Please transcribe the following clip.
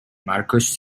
marcos